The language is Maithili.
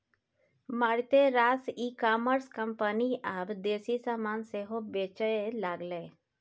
मारिते रास ई कॉमर्स कंपनी आब देसी समान सेहो बेचय लागलै